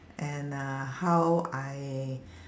and uh how I